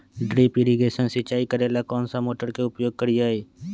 Drip irrigation सिंचाई करेला कौन सा मोटर के उपयोग करियई?